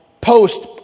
Post